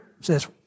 says